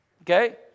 Okay